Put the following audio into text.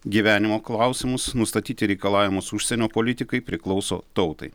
gyvenimo klausimus nustatyti reikalavimus užsienio politikai priklauso tautai